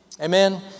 Amen